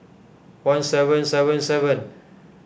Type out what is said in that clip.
one seven seven seven